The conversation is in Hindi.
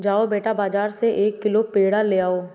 जाओ बेटा, बाजार से एक किलो पेड़ा ले आओ